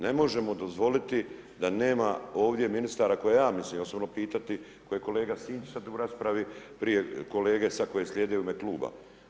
Ne možemo dozvoliti da nema ovdje ministara koje ja mislim osobno pitati, koje kolega Sinčić sad u raspravi, prije kolege sad koje slijede u ime Kluba.